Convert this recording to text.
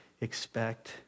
expect